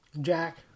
Jack